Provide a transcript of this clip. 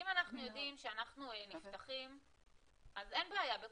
אם אנחנו יודעים שאנחנו נפתחים אז אין בעיה,